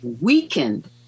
weakened